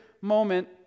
moment